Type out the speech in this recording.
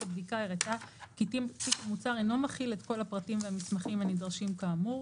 הבדיקה הראתה כי תיק המוצר אינו מכיל את כל הפרטים והמסמכים הנדרשים כאמור,